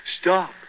stop